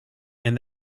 and